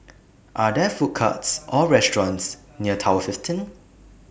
Are There Food Courts Or restaurants near Tower fifteen